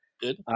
Good